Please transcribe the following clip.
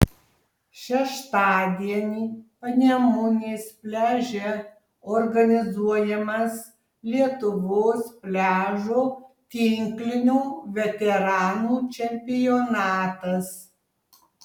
šeštadienį panemunės pliaže organizuojamas lietuvos pliažo tinklinio veteranų čempionatas